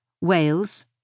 Wales